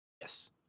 Yes